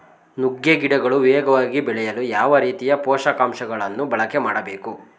ನುಗ್ಗೆ ಗಿಡಗಳು ವೇಗವಾಗಿ ಬೆಳೆಯಲು ಯಾವ ರೀತಿಯ ಪೋಷಕಾಂಶಗಳನ್ನು ಬಳಕೆ ಮಾಡಬೇಕು?